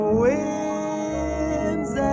winds